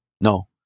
No